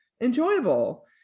enjoyable